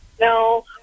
No